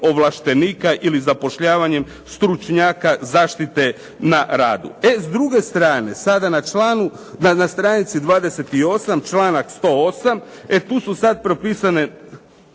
ovlaštenika ili zapošljavanjem stručnjaka zaštite na radu. E s druge strane sada na stranici 28. članak 108, e tu su sada propisane